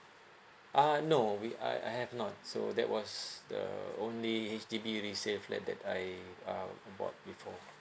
ah no we I I have not so that was the only H_D_B resale flat that I uh bought before